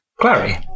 Clary